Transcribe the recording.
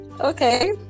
okay